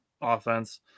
offense